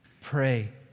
pray